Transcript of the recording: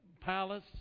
palace